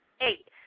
eight